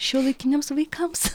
šiuolaikiniams vaikams